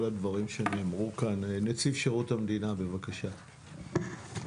לנציב שירות המדינה בבקשה,